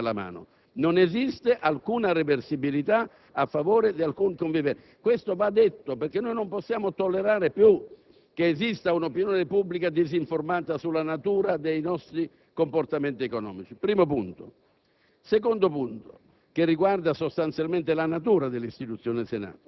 vigenti alla mano, non con parole o chiacchiere, che non esiste alcuna reversibilità a favore di alcun convivente. Questo va detto, perché non possiamo tollerare più che esista un'opinione pubblica disinformata sulla natura dei nostri comportamenti economici. [**Presidenza